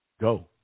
Go